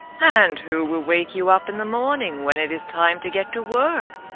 and who will wake you up in the morning when it is time to get to work?